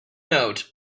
note